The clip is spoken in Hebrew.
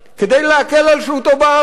כדי להקל על שהותו בארץ.